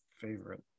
Favorite